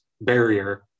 barrier